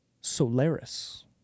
Solaris